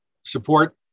support